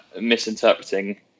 misinterpreting